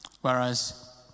Whereas